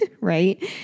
Right